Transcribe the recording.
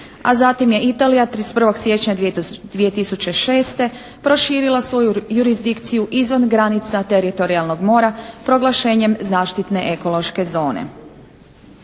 a zatim je Italija 31. siječnja 2006. proširila svoju jurisdikciju izvan granica teritorijalnog mora proglašenjem zaštitne ekološke zone.